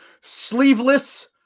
sleeveless